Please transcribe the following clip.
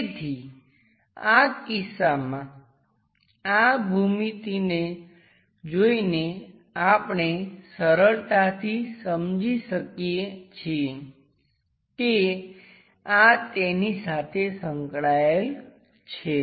તેથી આ કિસ્સામાં આ ભૂમિતિને જોઈને આપણે સરળતાથી સમજી શકીએ છીએ કે આ તેની સાથે સંકળાયેલ છે